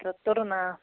تتُر نا